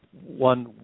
one